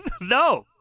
No